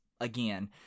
again